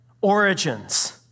origins